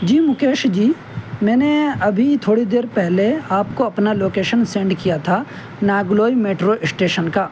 جی مکیش جی میں نے ابھی تھوڑی دیر پہلے آپ کو اپنا لوکیشن سینڈ کیا تھا ناگلوئی میٹرو اسٹیشن کا